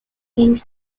wings